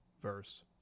verse